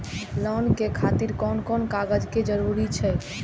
Loan के खातिर कोन कोन कागज के जरूरी छै?